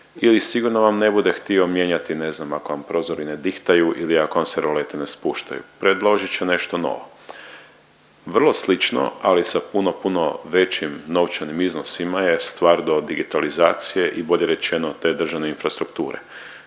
ili sigurno vam ne bude htio mijenjati ne znam ako vam prozori ne dihtaju ili ako vam se rolete ne spuštaju, predložit će nešto novo, vrlo slično, ali sa puno, puno većim novčanim iznosima je stvar do digitalizacije i bolje rečeno te državne infrastrukture.